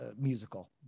musical